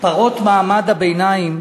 "פרות מעמד הביניים